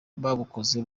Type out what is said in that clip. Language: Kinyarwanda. babukoze